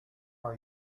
are